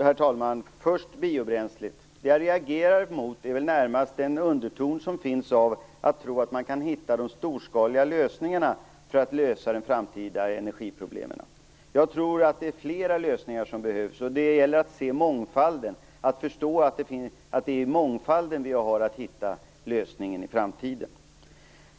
Herr talman! Först vill jag säga något om biobränslet. Det jag reagerade mot var väl närmast den underton som fanns om att man tror att man kan hitta storskaliga lösningar för att lösa de framtida energiproblemen. Jag tror att det är flera lösningar som behövs. Det gäller att se mångfalden, att förstå att det är i mångfalden vi har att hitta lösningen i framtiden.